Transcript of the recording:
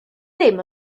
ddim